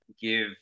give